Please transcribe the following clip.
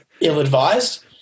ill-advised